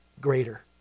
greater